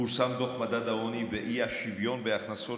פורסם דוח מדד העוני והאי-שוויון בהכנסות